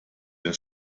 der